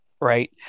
right